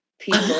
people